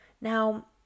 Now